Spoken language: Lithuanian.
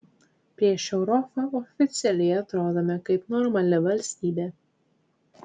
prieš europą oficialiai atrodome kaip normali valstybė